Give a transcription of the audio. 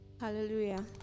Hallelujah